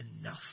enough